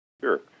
Sure